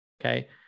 okay